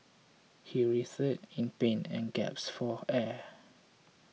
he writhed in pain and gasped for air